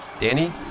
Danny